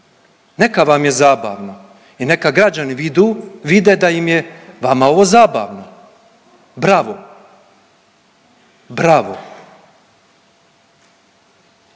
neka vam je zabavno i neka građani vidu, vide da im je vama ovo zabavno, bravo, bravo.